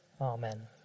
Amen